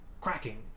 cracking